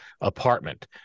apartment